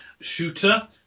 shooter